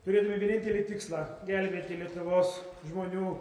turėdami vienintelį tikslą gelbėti lietuvos žmonių